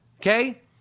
Okay